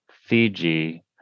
Fiji